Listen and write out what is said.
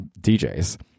DJs